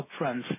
upfronts